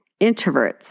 introverts